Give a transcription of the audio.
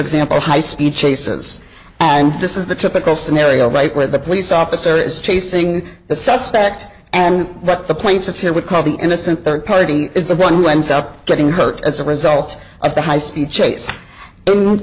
example high speed chases and this is the typical scenario right where the police officer is chasing the suspect and what the plaintiff here would call the innocent third party is the one who ends up getting hurt as a result of the high speed chase